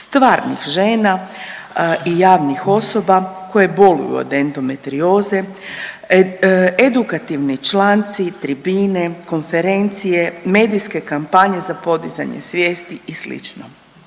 stvarnih žena i javnih osoba koje boluju od endometrioze, edukativni članci, tribine, konferencije, medijske kampanje za podizanje svijesti i